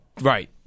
Right